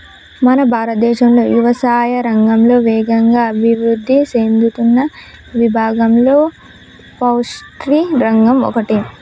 మన భారతదేశం యవసాయా రంగంలో వేగంగా అభివృద్ధి సేందుతున్న విభాగంలో పౌల్ట్రి రంగం ఒకటి